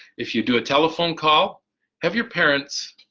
if you do a telephone call have your parents